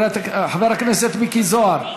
חבר הכנסת מיקי זוהר,